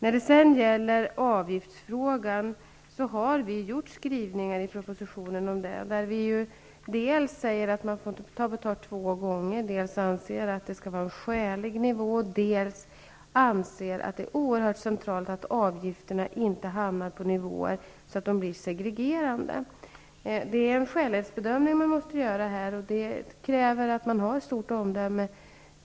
När det för det andra gäller avgifsfrågan har vi skrivningar i propositionen, där vi dels säger att man inte får ta betalt två gånger, dels anser att det bör vara en skälig nivå, dels anser att det är oerhört centralt att avgifterna inte blir segregerande. En skälighetsbedömning måste därför göras. Det kräver att man har ett gott omdöme.